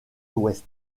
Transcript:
ouest